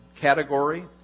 category